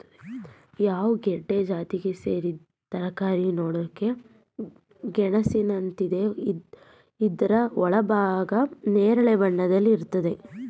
yam ಗೆಡ್ಡೆ ಜಾತಿಗ್ ಸೇರಿದ್ ತರಕಾರಿ ನೋಡಕೆ ಗೆಣಸಿನಂತಿದೆ ಇದ್ರ ಒಳಭಾಗ ನೇರಳೆ ಬಣ್ಣದಲ್ಲಿರ್ತದೆ